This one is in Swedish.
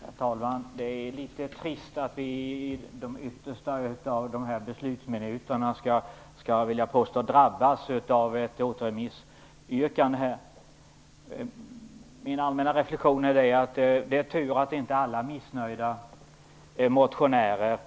Herr talman! Det är litet trist att vi i de yttersta av dessa debattminuter skall drabbas av ett återremissyrkande, vill jag påstå. Det är tur att inte alla missnöjda motionärer